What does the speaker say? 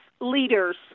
leaders